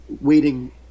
waiting